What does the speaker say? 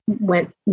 went